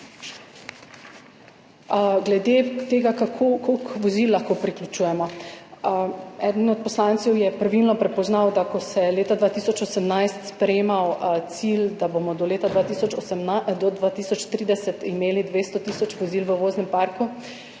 Glede tega, koliko vozil lahko priključujemo. Eden od poslancev je pravilno prepoznal, ko se je leta 2018 sprejemal cilj, da bomo do leta 2030 imeli 200 tisoč vozil v voznem parku,